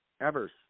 Evers